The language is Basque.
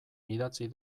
idatzi